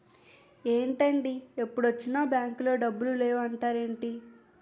ఏంటండీ ఎప్పుడొచ్చినా బాంకులో డబ్బులు లేవు అంటారేంటీ?